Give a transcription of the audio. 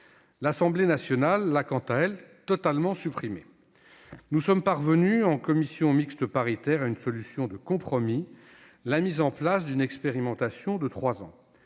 L'Assemblée nationale l'a supprimée. Nous sommes parvenus en commission mixte paritaire à une solution de compromis : la mise en place d'une expérimentation de trois ans.